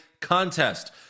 contest